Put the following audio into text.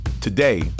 Today